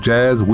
Jazz